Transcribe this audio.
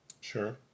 Sure